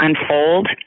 unfold